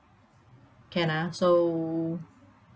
can ah so